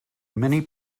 many